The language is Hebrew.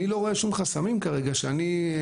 אני לא רואה כרגע שום חסמים שאני הסרתי.